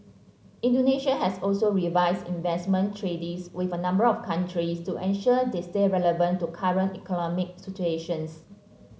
Indonesia has also revised investment treaties with a number of countries to ensure they stay relevant to current economic situations